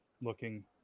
looking